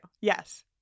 Yes